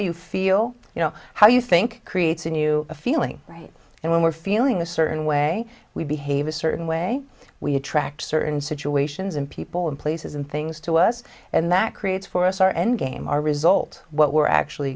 you feel you know how you think creates a new feeling right and when we're feeling a certain way we behave a certain way we attract certain situations in people and places and things to us and that creates for us our end game or result what we're actually